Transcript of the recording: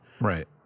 Right